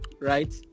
right